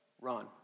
Run